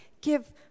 give